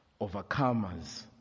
overcomers